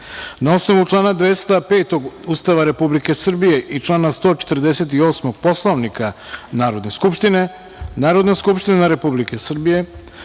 osnovu člana 205. Ustava Republike Srbije i člana 148. Poslovnika Narodne skupštine, Narodna skupština Republike Srbije